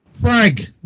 Frank